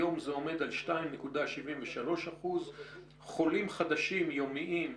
היום זה עומד על 2.73%. חולים חדשים יומיים,